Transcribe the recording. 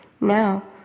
Now